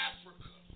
Africa